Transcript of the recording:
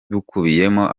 bukubiyemo